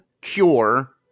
cure